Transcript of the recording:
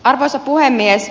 arvoisa puhemies